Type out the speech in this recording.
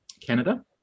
Canada